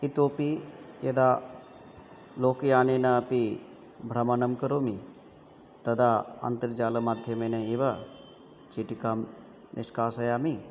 इतोपि यदा लोकयानेन अपि भ्रमणं करोमि तदा अन्तर्जालमाध्यमेन एव चीटिकां निष्कासयामि